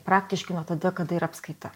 praktiškai nuo tada kada yra apskaita